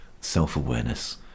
self-awareness